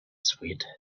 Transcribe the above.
sweet